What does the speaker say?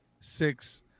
six